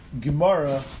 Gemara